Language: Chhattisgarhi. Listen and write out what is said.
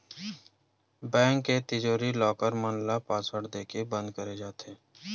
बेंक के तिजोरी, लॉकर मन ल पासवर्ड देके बंद करे जाथे